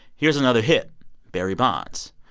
here's another hit barry bonds.